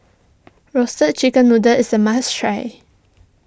Roasted Chicken Noodle is a must try